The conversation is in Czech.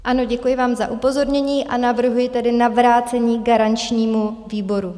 Ano, děkuji vám za upozornění, a navrhuji tedy na vrácení garančnímu výboru.